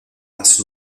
más